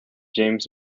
james